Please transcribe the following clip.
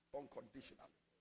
unconditionally